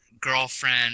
girlfriend